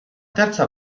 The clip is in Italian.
terza